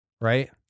Right